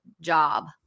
job